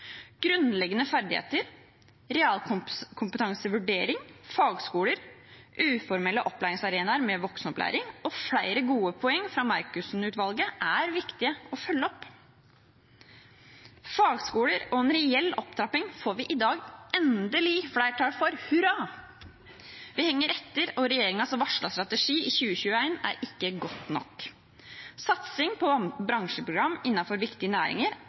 Grunnleggende ferdigheter, realkompetansevurdering, fagskoler, uformelle opplæringsarenaer med voksenopplæring og flere gode poeng fra Markussen-utvalget er det viktig å følge opp. Fagskoler og en reell opptrapping får vi i dag endelig flertall for. Hurra! Vi henger etter, og regjeringens varslede strategi i 2021 er ikke godt nok. Satsing på bransjeprogram innenfor viktige næringer,